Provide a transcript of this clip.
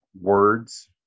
words